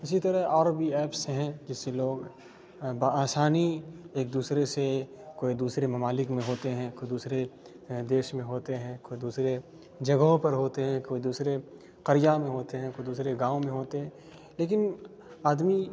اسی طرح اور بھی ایپس ہیں جس سے لوگ بآسانی ایک دوسرے سے کوئی دوسرے ممالک میں ہوتے ہیں کوئی دوسرے دیش میں ہوتے ہیں کوئی دوسرے جگہوں پر ہوتے ہیں کوئی دوسرے قریہ میں ہوتے ہیں کوئی دوسرے گاؤں میں ہوتے ہیں لیکن آدمی